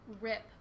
rip